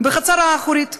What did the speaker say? בחצר האחורית שלנו,